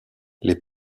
les